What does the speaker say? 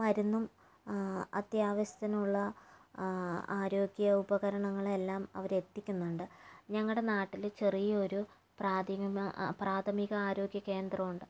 മരുന്നും അത്യാവശ്യത്തിനുള്ള ആരോഗ്യ ഉപകരണങ്ങൾ എല്ലാം അവര് എത്തിക്കുന്നുണ്ട് ഞങ്ങളുടെ നാട്ടില് ചെറിയൊരു പ്രാഥമി പ്രാഥമിക ആരോഗ്യ കേന്ദ്രം ഉണ്ട്